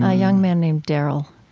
ah young man named darryl.